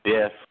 Yes